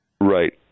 Right